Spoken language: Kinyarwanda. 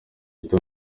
gito